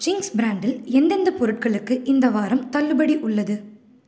Ching's ப்ராண்டில் எந்தெந்தப் பொருட்களுக்கு இந்த வாரம் தள்ளுபடி உள்ளது